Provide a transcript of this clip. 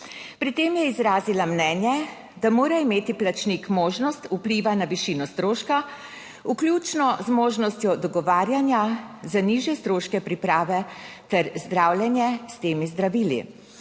Pri tem je izrazila mnenje, da mora imeti plačnik možnost vpliva na višino stroška, vključno z možnostjo dogovarjanja za nižje stroške priprave ter zdravljenje s temi zdravili.